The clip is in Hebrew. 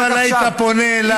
אבל היית פונה אליי.